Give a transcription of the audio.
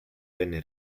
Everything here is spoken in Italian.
venne